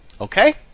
okay